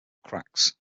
cracks